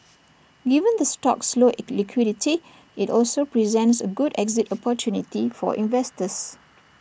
given the stock's low liquidity IT also presents A good exit opportunity for investors